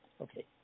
Okay